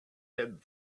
head